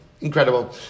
Incredible